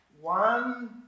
one